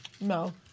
No